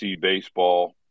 baseball